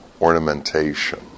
ornamentation